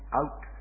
out